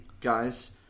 guys